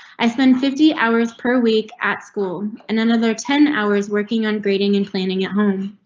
i spend fifty hours per week at school and another ten hours working on grading and cleaning at home.